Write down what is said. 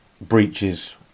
breaches